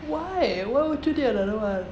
why why would you take another one